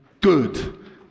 good